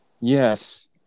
Yes